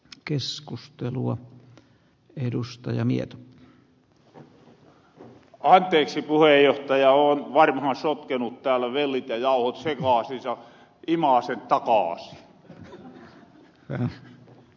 keskustelua edustajan ja addeiksi puheenjohtaja on varhaisoppinut täällä miellytä ja ohut syynä on sisua kimalaisen talkoo arvoisa puhemies